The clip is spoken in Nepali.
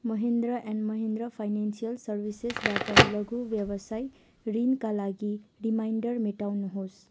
महेन्द्र एन्ड महेन्द्र फाइनान्सियल सर्भिसेसबाट लघु व्यवसाय ऋणका लागि रिमाइन्डर मेटाउनुहोस्